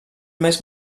més